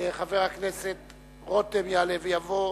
חבר הכנסת דוד רותם יעלה ויבוא.